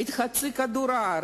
את חצי כדור-הארץ,